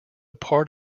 part